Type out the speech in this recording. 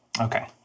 Okay